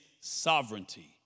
sovereignty